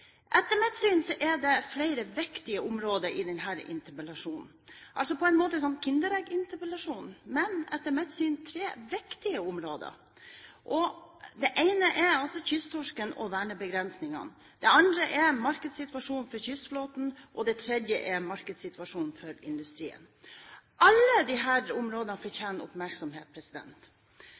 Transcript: Etter mitt syn er det flere viktige områder i denne interpellasjonen – det er på en måte en kinderegg-interpellasjon. Det er etter mitt syn tre viktige områder. Det ene er kysttorsk og vernebegrensninger, det andre er markedssituasjonen for kystflåten, og det tredje er markedssituasjonen for industrien. Alle disse områdene fortjener oppmerksomhet.